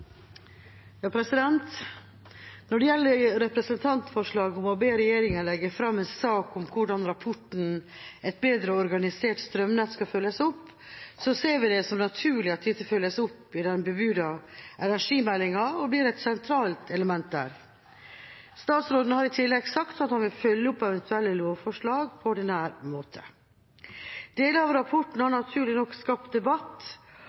Når det gjelder representantforslaget om å be regjeringa legge fram en sak om hvordan rapporten «Et bedre organisert strømnett» skal følges opp, ser vi det som naturlig at dette følges opp i den bebudede energimeldinga og blir et sentralt element der. Statsråden har i tillegg sagt at han vil følge opp eventuelle lovforslag på ordinær måte. Deler av rapporten har naturlig nok skapt debatt,